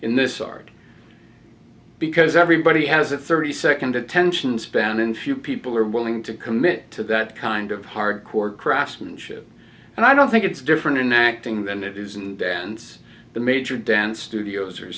in this art because everybody has a thirty second attention span and few people are willing to commit to that kind of hardcore craftsmanship and i don't think it's different in acting than it is and dance the major dance studios are